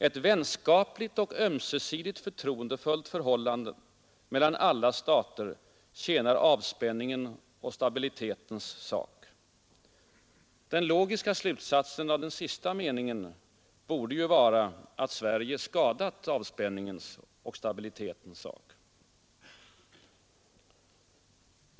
Ett vänskapligt och ömsesidigt förtroendefullt förhållande mellan alla stater tjänar avspänningens och stabilitetens sak.” Den logiska slutsatsen av den sista meningen i detta uttalande borde vara att Sverige skadat avspänningens och stabilitetens sak.